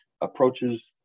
approaches